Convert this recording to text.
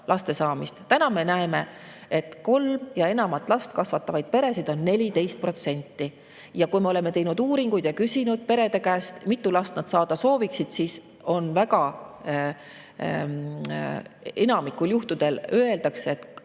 laste saamist. Täna me näeme, et kolme ja enamat last kasvatavaid peresid on 14%. Kui me oleme teinud uuringuid ja küsinud perede käest, mitu last nad saada sooviksid, siis on enamikul juhtudel öeldud, et